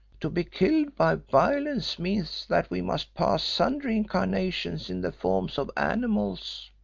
to be killed by violence means that we must pass sundry incarnations in the forms of animals,